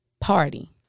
party